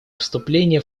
вступление